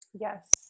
yes